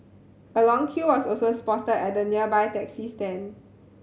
a long queue was also spotted at the nearby taxi stand